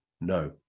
No